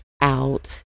out